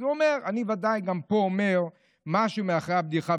אז הוא אומר: אני ודאי גם פה אומר משהו מאחורי הבדיחה,